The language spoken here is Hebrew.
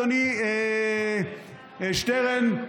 אדוני שטרן,